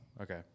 okay